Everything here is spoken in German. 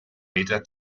meter